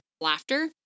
laughter